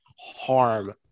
harm